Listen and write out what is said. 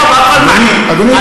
היום אדוני,